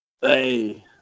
Hey